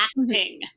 acting